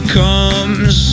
comes